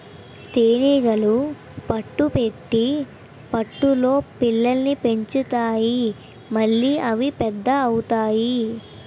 తేనీగలు పట్టు పెట్టి పట్టులో పిల్లల్ని పెంచుతాయి మళ్లీ అవి పెద్ద అవుతాయి